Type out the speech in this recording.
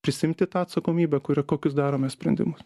prisiimti tą atsakomybę kuri kokius darome sprendimus